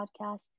podcast